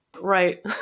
Right